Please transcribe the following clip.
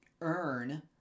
earn